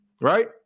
right